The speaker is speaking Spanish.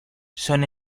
son